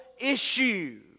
issue